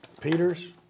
Peter's